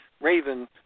Raven